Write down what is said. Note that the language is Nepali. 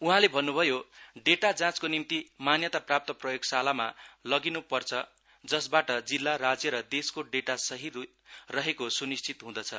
उहाँले भन्नुभयो डेटा जाँचको निम्ति मान्यताप्राप्त प्रयोगशालामा लगिन्पर्छ जसबाट जिल्ला राज्य र देशको डेटा सही रहेको सुनिश्चित हँदछ